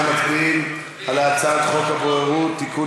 אנחנו מצביעים על הצעת חוק הבוררות (תיקון,